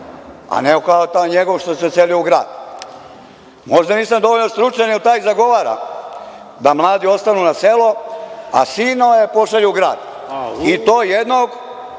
a ne kao taj njegov što se odselio u grad. Možda nisam dovoljno stručan jer taj zagovara da mladi ostanu na selu, a sinove pošalju u grad i to jednog